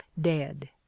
dead